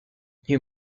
you